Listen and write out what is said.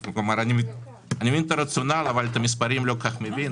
אני מבין את הרציונל אבל את המספרים לא כל כך מבין,